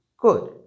Good